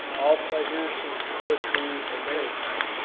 all pleasure from poetry of any kind,